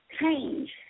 change